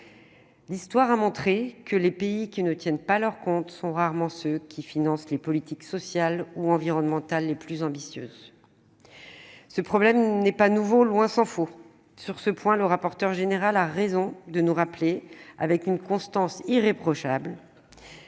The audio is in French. L'histoire a montré que les pays qui ne tiennent pas leurs comptes sont rarement ceux qui financent les politiques sociales ou environnementales les plus ambitieuses. En effet ! Le problème n'est pas nouveau, tant s'en faut. Sur ce point, le rapporteur général a raison de nous rappeler, avec une constance irréprochable,